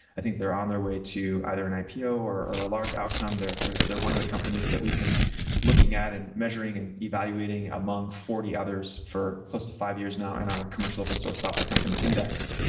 i think they're on their way to either an ipo or a large outcome. they're they're one of the companies that we've been looking at and measuring and evaluating among forty others for close to five years now in our commercial open source software company index.